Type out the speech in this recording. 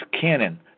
cannon